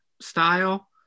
style